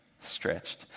Stretched